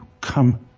come